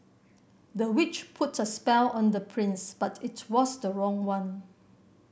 the witch put a spell on the prince but it was the wrong one